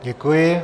Děkuji.